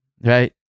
Right